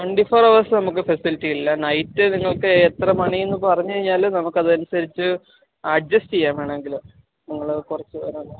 twenty four അവേഴ്സും നമുക്ക് facility ഇല്ല നൈറ്റ് നിങ്ങൾക്ക് എത്ര മണീന്ന് പറഞ്ഞ് കഴിഞ്ഞാൽ നമുക്ക് അതനുസരിച്ച് അഡ്ജസ്റ്റ ചെയ്യാം വേണമെങ്കിൽ നിങ്ങൾ കുറച്ച് നേരം